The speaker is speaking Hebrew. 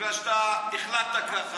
בגלל שאתה החלטת ככה,